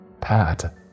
Pat